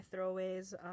throwaways